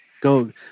Go